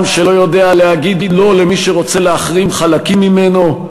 עם שלא יודע להגיד לא למי שרוצה להחרים חלקים ממנו,